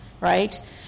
right